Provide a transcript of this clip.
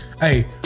Hey